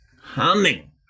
humming